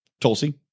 Tulsi